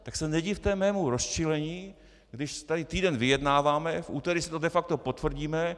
Tak se nedivte mému rozčilení, když tady týden vyjednáváme, v úterý si to de facto potvrdíme.